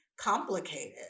complicated